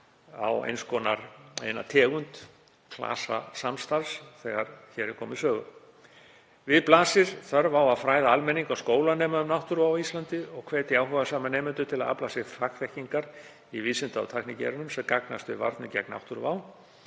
á eina tegund klasasamstarfs þegar hér er komið sögu. Við blasir að þörf er á að fræða almenning og skólanema um náttúruvá á Íslandi og hvetja áhugasama nemendur til að afla sér fagþekkingar í vísinda- og tæknigreinum sem gagnast við varnir gegn náttúruvá